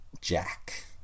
Jack